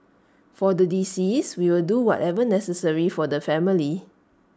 for the deceased we will do whatever necessary for the family